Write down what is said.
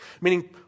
Meaning